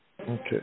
Okay